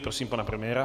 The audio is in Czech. Prosím pana premiéra.